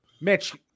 Mitch